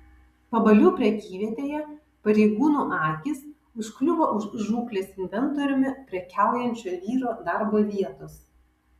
pabalių prekyvietėje pareigūnų akys užkliuvo už žūklės inventoriumi prekiaujančio vyro darbo vietos